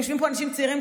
יושבים פה אנשים צעירים,